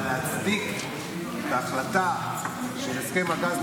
אבל להצדיק את ההחלטה של הסכם הגז עם